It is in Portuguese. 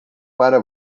para